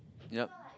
yup